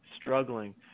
struggling